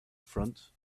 front